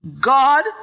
God